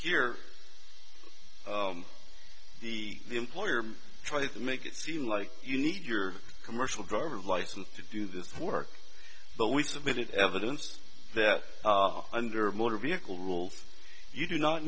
here the employer tries to make it seem like you need your commercial drivers license to do this work but we've submitted evidence that under motor vehicle rules you do not